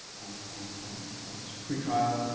um um on this pretrial,